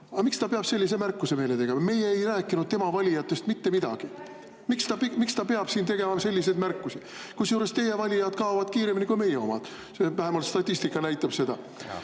Miks ta peab sellise märkuse meile tegema? Meie ei rääkinud tema valijatest mitte midagi. Miks ta peab siin tegema selliseid märkusi? Kusjuures teie valijad kaovad kiiremini kui meie omad, vähemalt statistika näitab seda.